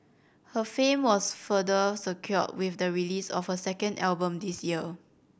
her fame was further secured with the release of her second album this year